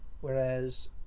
Whereas